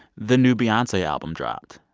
the new beyonce album dropped.